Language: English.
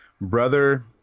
Brother